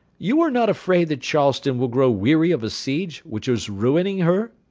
you are not afraid that charleston will grow weary of a siege which is ruining her?